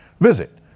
Visit